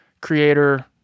creator